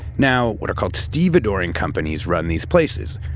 now, what are called stevedoring companies run these places,